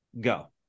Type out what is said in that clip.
Go